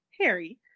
Harry